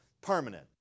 permanent